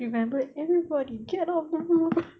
remember everybody cannot move